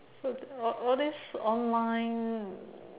so all all these online